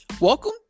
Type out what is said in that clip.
welcome